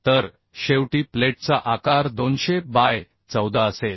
तर शेवटी प्लेटचा आकार 200 बाय 14 असेल